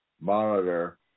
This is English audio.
monitor